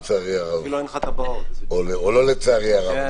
לאפשר לתת הלוואות בערבויות